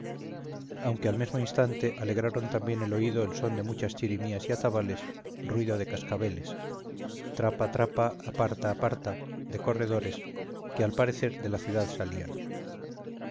aunque al mesmo instante alegraron también el oído el son de muchas chirimías y atabales ruido de cascabeles trapa trapa aparta aparta de corredores que al parecer de la ciudad salían